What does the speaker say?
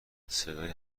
صدای